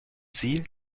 sie